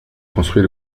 construit